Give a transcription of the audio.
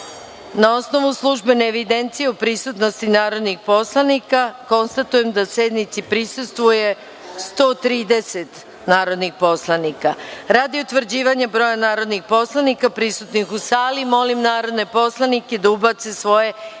osnovu službene evidencije o prisutnosti narodnih poslanika, konstatujem da sednici prisustvuje 130 narodnih poslanika. Radi utvrđivanja broja narodnih poslanika prisutnih u sali, molim narodne poslanike da ubace svoje